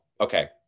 okay